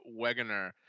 Wegener